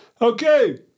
Okay